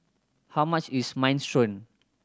how much is Minestrone